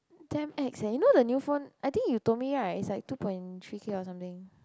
damn ex leh you know the new phone I think you told me right it's like two point three K or something